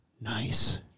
nice